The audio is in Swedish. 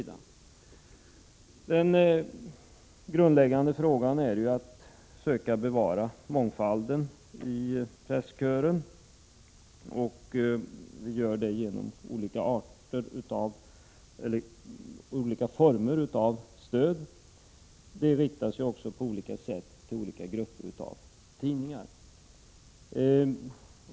Den grundläggande frågan gäller att söka bevara mångfalden i presskören, och det sker genom olika former av stöd som riktar sig till olika grupper av tidningar.